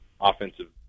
offensive